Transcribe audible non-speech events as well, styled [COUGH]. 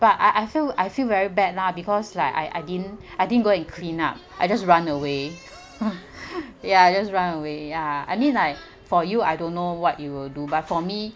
but I I feel I feel very bad lah because like I I didn't I didn't go and clean up I just run away [NOISE] ya I just run away ya I mean like for you I don't know what you will do but for me